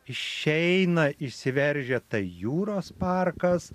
išeina išsiveržia tai jūros parkas